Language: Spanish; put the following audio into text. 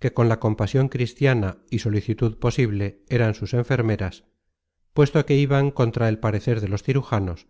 que con la compasion cristiana y solicitud posible eran sus enfermeras puesto que iban contra el parecer de los cirujanos